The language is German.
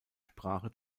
sprache